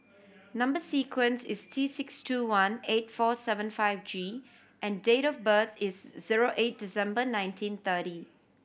number sequence is T six two one eight four seven five G and date of birth is zero eight December nineteen thirty